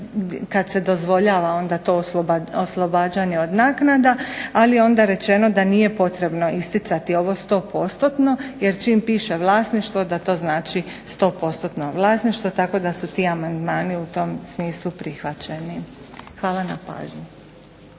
kad se dozvoljava onda to oslobađanje od naknada. Ali je onda rečeno da nije potrebno isticati ovo sto postotno jer čim piše vlasništvo da to znači sto postotno vlasništvo, tako da su ti amandmani u tom smislu prihvaćeni. Hvala na pažnji.